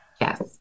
Yes